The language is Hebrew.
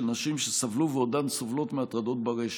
נשים שסבלו ועודן סובלות מהטרדות ברשת.